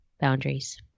Boundaries